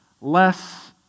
less